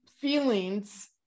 feelings